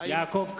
יעקב כץ,